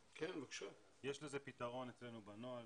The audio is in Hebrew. יש לזה פתרון אצלנו בנוהל,